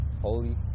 Holy